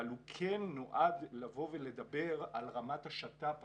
אבל הוא כן נועד לדבר על רמת השת"פ הנדרשת,